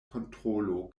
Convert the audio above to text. kontrolo